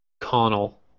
Connell